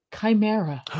chimera